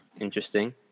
interesting